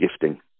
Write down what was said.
gifting